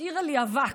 השאירה לי אבק.